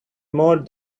more